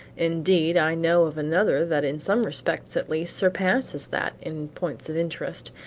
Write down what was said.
indeed, i know of another that in some respects, at least, surpasses that in points of interest,